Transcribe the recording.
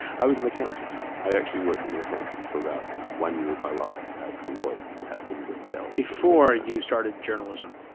i was an accountant. i actually worked as an accountant for about one year of my life at deloitte haskins and sells. before you started journalism?